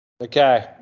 Okay